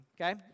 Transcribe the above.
okay